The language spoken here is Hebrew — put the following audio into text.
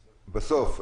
בסוף.